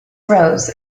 rose